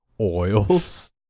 oils